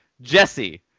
Jesse